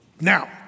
Now